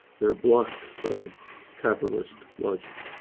they're blocked by capitalist logic,